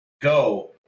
go